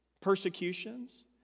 persecutions